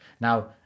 now